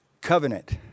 covenant